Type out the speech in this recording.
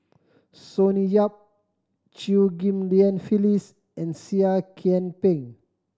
Sonny Yap Chew Ghim Lian Phyllis and Seah Kian Peng